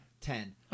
Ten